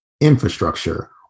infrastructure